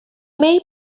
may